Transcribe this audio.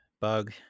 bug